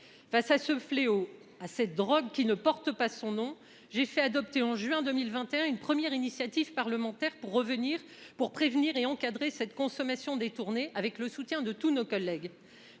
Face à ce fléau à cette drogue qui ne porte pas son nom. J'ai fait adopter en juin 2021 une première initiative parlementaire pour revenir pour prévenir et encadrer cette consommation détourné avec le soutien de tous nos collègues,